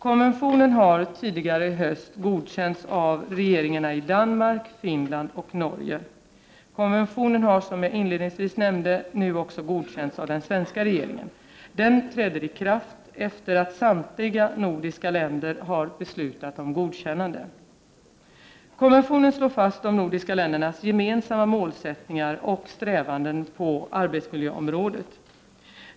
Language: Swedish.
Konventionen har tidigare i höst godkänts av regeringarna i Danmark, Finland och Norge. Konventionen har, som jag inledningsvis nämnde, nu också godkänts av den svenska regeringen. Den träder i kraft efter att samtliga nordiska länder har beslutat om godkännande. Konventionen slår fast de nordiska ländernas gemensamma målsättningar och strävanden på arbetsmiljöområdet.